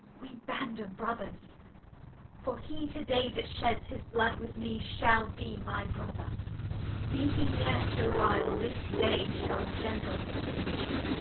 we band of brothers for he to day that sheds his blood with me, shall be my brother be he ne're so vile, this day shall gentle his condition.